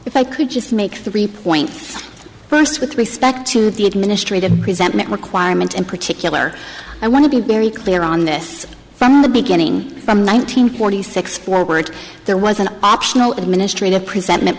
if i could just make three points first with respect to the administrative presentment requirement in particular i want to be very clear on this from the beginning from nine hundred forty six forward there was an optional administrative present